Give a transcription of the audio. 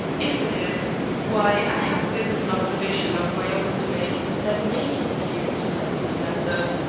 if it is, why i have a bit of an observation of my own to make that may help you to settle the matter.